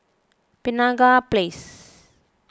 Penaga Place